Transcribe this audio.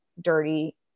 dirty